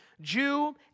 Jew